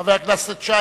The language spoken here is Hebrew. חבר הכנסת נחמן שי,